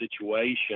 situation